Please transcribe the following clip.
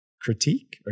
critique